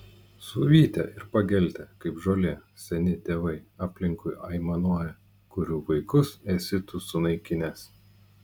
suvytę ir pageltę kaip žolė seni tėvai aplinkui aimanuoja kurių vaikus esi tu sunaikinęs